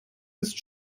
ist